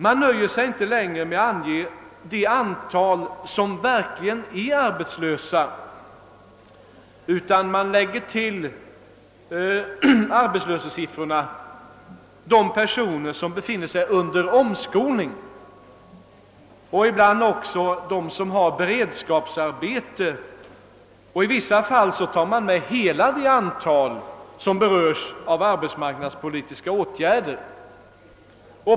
Man nöjer sig inte längre med att ange det antal som verkligen är arbetslösa, utan man lägger till det antal personer som befinner sig under omskolning och ibland också det antal som har beredskapsarbete; i vissa fall tar man med hela det antal som berörs av arbetsmarknadspolitiska åtgärder.